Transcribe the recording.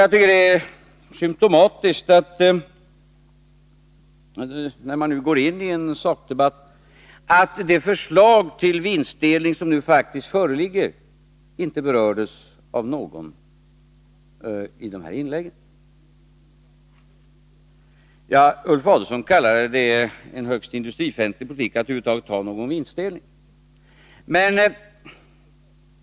Jag tycker det är symtomatiskt att när man nu gick in i en sakdebatt var det inte någon som i sitt inlägg berörde det förslag till vinstdelning som faktiskt föreligger. Ulf Adelsohn kallade det en högst industrifientlig politik att över huvud taget ha någon vinstdelning.